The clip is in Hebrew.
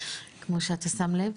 כמו שאתה שם לב.